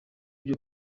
byo